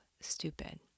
stupid